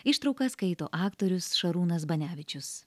ištrauką skaito aktorius šarūnas banevičius